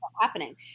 happening